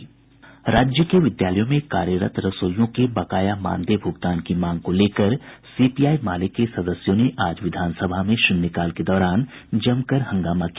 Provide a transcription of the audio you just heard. राज्य के विद्यालयों में कार्यरत रसोईयों के बकाया मानदेय भ्रगतान की मांग को लेकर सीपीआई माले के सदस्यों ने आज विधानसभा में शून्यकाल के दौरान जमकर हंगामा किया